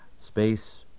Space